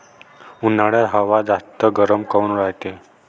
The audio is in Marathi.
उन्हाळ्यात हवा जास्त गरम काऊन रायते?